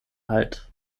halt